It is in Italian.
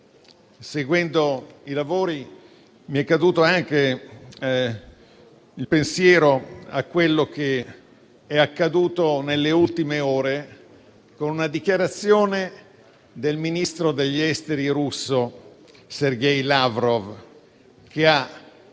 Seguendo i lavori, mi è caduto anche il pensiero su quello che è accaduto nelle ultime ore, con una dichiarazione del ministro degli esteri russo, Sergej Lavrov, che ha